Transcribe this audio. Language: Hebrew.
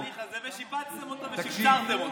אתם המצאתם את התהליך הזה ושיפצתם אותו ושפצרתם אותו.